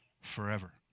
forever